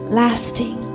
lasting